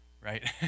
right